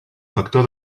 factor